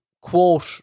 quote